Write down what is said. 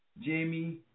Jamie